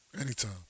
anytime